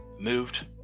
moved